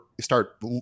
start